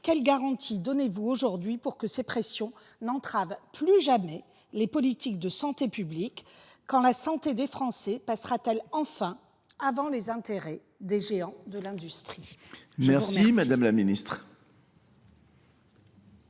Quelles garanties donnez vous aujourd’hui pour que ces pressions n’entravent plus jamais les politiques de santé publique ? Quand la santé des Français passera t elle enfin avant les intérêts des géants de l’industrie ? La parole est à Mme la ministre.